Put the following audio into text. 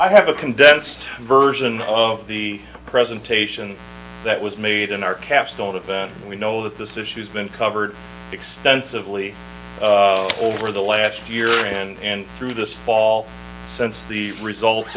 i have a condensed version of the presentation that was made in our capstone event and we know that this issue has been covered extensively over the last year and through this fall since the results